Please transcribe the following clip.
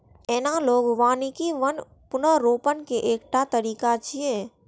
analogue वानिकी वन पुनर्रोपण के एकटा तरीका छियै